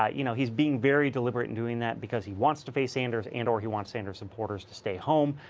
ah you know he is being very delivered and doing that because he wants to face sanders and or he wants sender supporters to stay home.